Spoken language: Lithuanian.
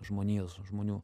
žmonijos žmonių